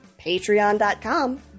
patreon.com